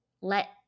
let